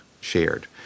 shared